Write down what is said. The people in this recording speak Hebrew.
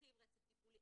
מבטיחים רצף טיפולי,